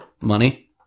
Money